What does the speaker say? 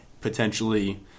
potentially